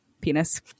Penis